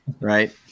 right